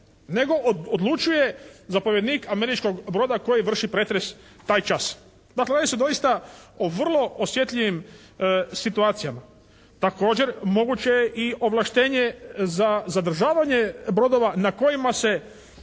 nego odlučuje zapovjednik američkog broda koji vrši pretres taj čas. Dakle radi se o vrlo osjetljivim situacijama. Također moguće je i ovlaštenje za zadržavanje brodova na kojima se